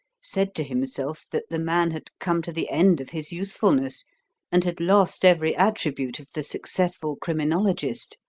said to himself that the man had come to the end of his usefulness and had lost every attribute of the successful criminologist.